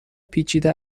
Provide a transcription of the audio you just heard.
پیچیده